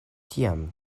tiam